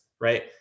right